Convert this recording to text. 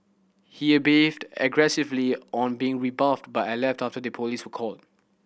he behaved aggressively on being rebuffed but I left after the police were called